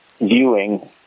viewing